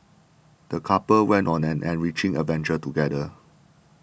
the couple went on an enriching adventure together